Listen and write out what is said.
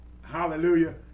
hallelujah